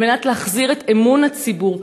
על מנת להחזיר את אמון הציבור,